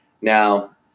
Now